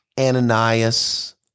Ananias